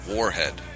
Warhead